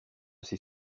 ses